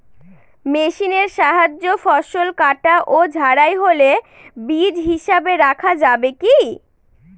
মেশিনের সাহায্যে ফসল কাটা ও ঝাড়াই হলে বীজ হিসাবে রাখা যাবে কি?